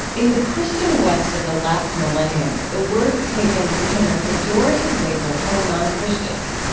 in the christian west of the last millennium, the word pagan became a pejorative label for non-christians.